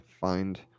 find